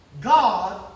God